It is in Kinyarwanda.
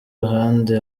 uruhande